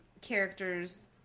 characters